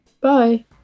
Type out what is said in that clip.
Bye